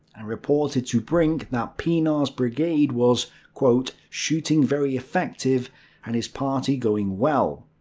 and reported to brink that pienaar's brigade was shooting very effective and his party going well.